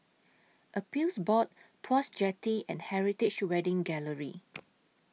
Appeals Board Tuas Jetty and Heritage Wedding Gallery